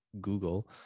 Google